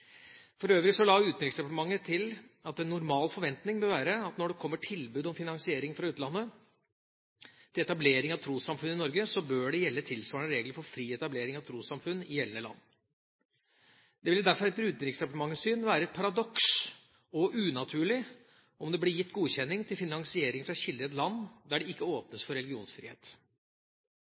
For øvrig la Utenriksdepartementet til at en normal forventning bør være at når det kommer tilbud om finansiering fra utlandet til etablering av trossamfunn i Norge, bør det gjelde tilsvarende regler for fri etablering av trossamfunn i gjeldende land. Det ville derfor etter Utenriksdepartementets syn være et paradoks og unaturlig om det ble gitt godkjenning til finansiering fra kilder i et land der det ikke åpnes for religionsfrihet.